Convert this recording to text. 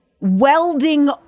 welding